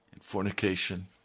Fornication